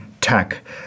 tech